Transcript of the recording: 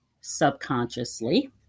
subconsciously